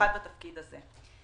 במיוחד בתפקיד הזה.